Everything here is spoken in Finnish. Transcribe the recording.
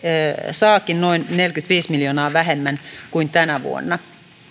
saakin noin neljäkymmentäviisi miljoonaa vähemmän kuin tänä vuonna